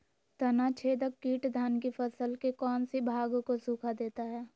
तनाछदेक किट धान की फसल के कौन सी भाग को सुखा देता है?